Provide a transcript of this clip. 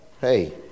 hey